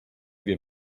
wir